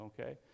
Okay